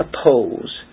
oppose